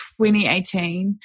2018